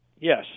Yes